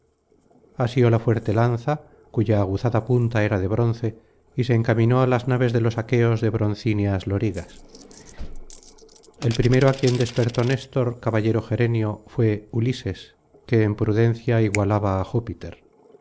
asió la fuerte lanza cuya aguzada punta era de bronce y se encaminó á las naves de los aqueos de broncíneas lorigas el primero á quien despertó néstor caballero gerenio fué ulises que en prudencia igualaba á júpiter